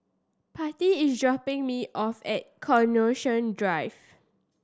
Patti is dropping me off at Coronation Drive